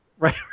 Right